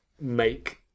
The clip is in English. make